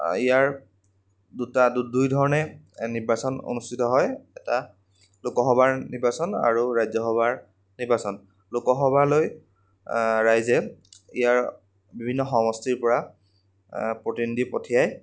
ইয়াৰ দুটা দুই ধৰণে নিৰ্বাচন অনুষ্ঠিত হয় এটা লোকসভাৰ নিৰ্বাচন আৰু ৰাজ্যসভাৰ নিৰ্বাচন লোকসভালৈ ৰাইজে ইয়াৰ বিভিন্ন সমষ্টিৰ পৰা প্ৰতিনিধি পঠিয়ায়